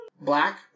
Black